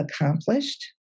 accomplished